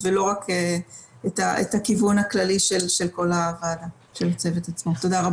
זה לא יהיה בשלב ראשון אבל בשלב שני --- יפעת,